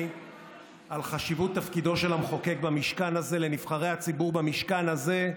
על חשיבות תפקידו של המחוקק במשכן הזה.